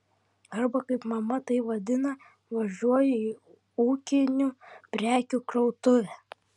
arba kaip mama tai vadina važiuoju į ūkinių prekių krautuvę